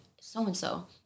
so-and-so